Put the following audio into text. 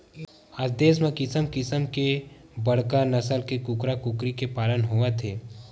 आज देस म किसम किसम के बड़का नसल के कूकरा कुकरी के पालन होवत हे